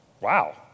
Wow